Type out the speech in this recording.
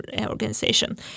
organization